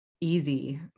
easy